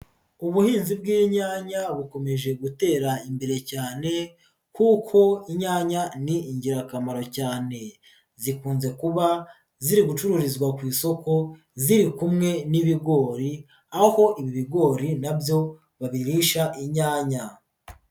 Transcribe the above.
Ubuhinzi bw'inyanya bukomeje gutera imbere cyane, kuko inyanya ni ingirakamaro cyane. Zikunze kuba ziri gucururizwa ku isoko ziri kumwe n'ibigori, aho ibi bigori na byo babirisha inyanya.